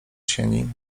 sieni